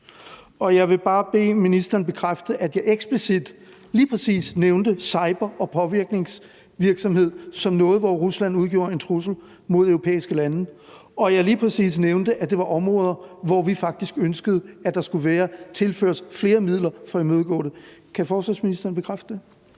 og jeg vil bare bede ministeren bekræfte, at jeg eksplicit lige præcis nævnte cyber- og påvirkningsvirksomhed som noget, hvor Rusland udgjorde en trussel mod europæiske lande, og at jeg lige præcis nævnte, at det var områder, hvor vi faktisk ønskede, at der skulle tilføres flere midler for at imødegå det. Kan forsvarsministeren bekræfte det?